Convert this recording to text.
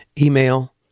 email